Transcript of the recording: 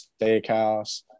steakhouse